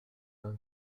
d’un